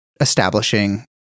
establishing